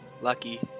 lucky